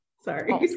Sorry